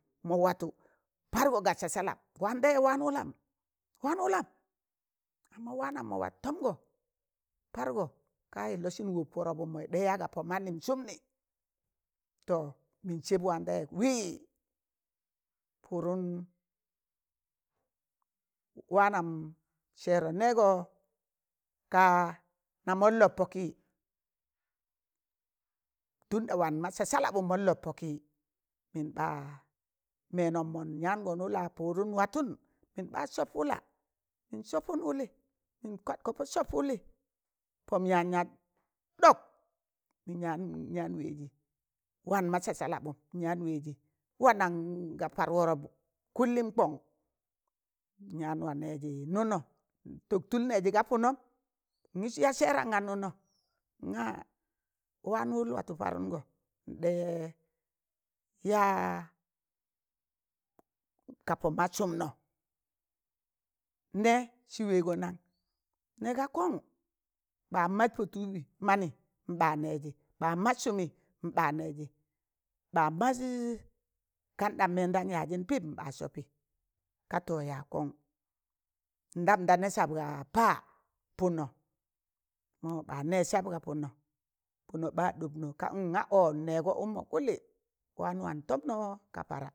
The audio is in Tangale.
Mọ watụ pargọ ga sasalap wan taịyẹ waan wụlam, waan wụlam amma waanam mọ wat tomgọ pargọ kayị losịn wap wọrọpaụm yị ɗa yaga pọ manịm sụmnị. to mịn sẹb waan taịzẹ wịị, pụdụn wannan sẹẹrọ nẹẹgo ka na man lab pọkị. tunɗa wan ma sasalapụn mọn lop poki, min ɓa menom mon yaangọn wụla pụdụn watụn, mịn ɓa sọp wụla mịn sapụn wụlị, mịn kwa ko pọ sọp wụlị pọm yaan yat ɗọk, mịn yaan yaan wa- waazị wanma sasalapụn, n yaan wẹẹzị wanan ga par warap kụllịm kọn, n yaan wa neezị nụnọ, n tọk tụl nẹẹzị ga pụnọm nị gi ya sẹẹran ga nụno, ng. a waan wụl watụ parụngọ nɗẹ yaa kapo ma sụmno nẹ sị wẹẹgọ nan? nẹ gaa kọn, ɓa mas pọ tụụb manị n ɓaa nẹẹzị ɓaa mas sụmị n ɓaa nẹẹzị ɓaa massụmị nbaa nẹẹzị ɓa mas kandam mẹnan yaazịn pịp nɓa sọpị, ka to yaag kọn ndam ɗe nẹ sab ga pa, pụnnọ, mo ɓa nez sab ga punno. Puno ɓa ɗobno kaa n nkaa ọọ n nẹẹgọ ụkmọ gụlị waan wam tọmnọ ga para.